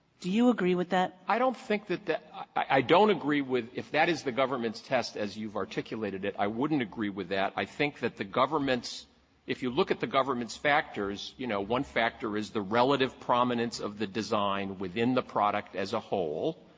do you agree with that? waxman i don't think that that i don't agree with if that is the government's test as you have articulated it, i wouldn't agree with that. i think that the government's if you look at the government's factors, you know, one factor is the relative prominence of the design within the product as a whole.